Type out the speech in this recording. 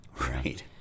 Right